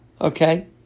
Okay